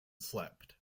slept